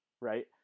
Right